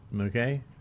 Okay